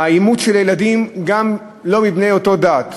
האימוץ של הילדים גם לא מבני אותה דת,